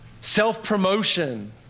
self-promotion